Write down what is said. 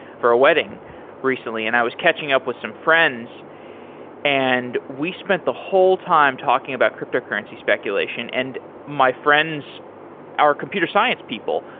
for a wedding recently and i was catching up with some friends and we spent the whole time talking about cryptocurrency speculation and my friends are computer science people,